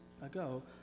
ago